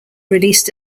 released